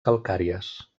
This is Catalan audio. calcàries